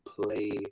play